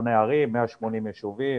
כשמונה ערים, 180 יישובים,